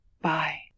Bye